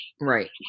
Right